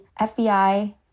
FBI